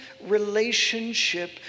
relationship